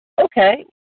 okay